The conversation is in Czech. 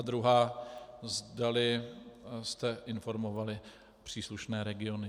Druhá, zda jste informovali příslušné regiony.